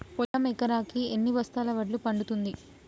పొలం ఎకరాకి ఎన్ని బస్తాల వడ్లు పండుతుంది?